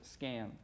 scam